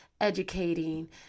educating